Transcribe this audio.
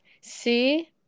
See